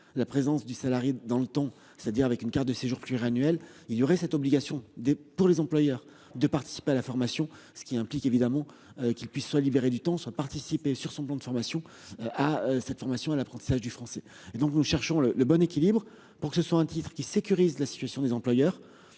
la présence du salarié dans le temps, c'est-à-dire avec une carte de séjour fuir annuelle. Il y aurait cette obligation des pour les employeurs de participer à la formation, ce qui implique évidemment qu'ils puissent soit libéré du temps sans participer sur son plan de formation à cette formation et l'apprentissage du français et donc nous cherchons le le bon équilibre pour que ce soit un titre qui sécurisent la situation des employeurs.